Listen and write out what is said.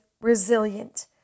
resilient